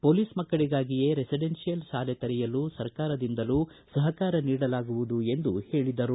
police ಮಕ್ಕಳಗಾಗಿಯೇ residential ಶಾಲೆ ತೆರೆಯಲು ಸರಕಾರದಿಂದಲೂ ಸಹಕಾರ ನೀಡಲಾಗುವುದು ಎಂದು ಹೇಳಿದರು